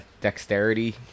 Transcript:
dexterity